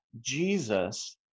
Jesus